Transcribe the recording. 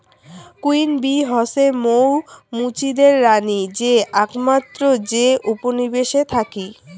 queen bee হসে মৌ মুচিদের রানী যে আকমাত্র যে উপনিবেশে থাকি